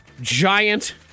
giant